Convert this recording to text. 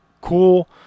cool